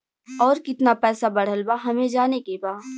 और कितना पैसा बढ़ल बा हमे जाने के बा?